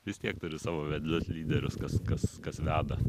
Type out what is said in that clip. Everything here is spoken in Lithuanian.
vis tiek turi savo vedlius lyderius kas kas kas veda